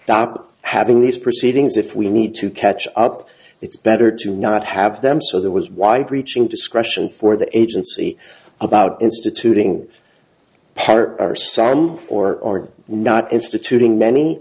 stop having these proceedings if we need to catch up it's better to not have them so there was wide reaching discretion for the agency about instituting part are some or not instituting